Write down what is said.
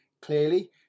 clearly